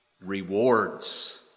rewards